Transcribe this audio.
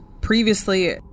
previously